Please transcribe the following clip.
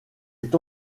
est